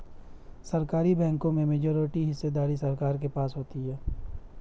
सार्वजनिक बैंकों में मेजॉरिटी हिस्सेदारी सरकार के पास होती है